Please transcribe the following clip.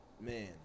man